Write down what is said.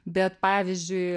bet pavyzdžiui